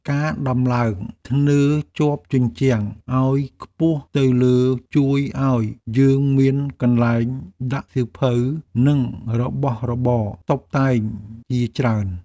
ការដំឡើងធ្នើរជាប់ជញ្ជាំងឱ្យខ្ពស់ទៅលើជួយឱ្យយើងមានកន្លែងដាក់សៀវភៅនិងរបស់របរតុបតែងជាច្រើន។